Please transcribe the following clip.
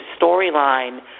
storyline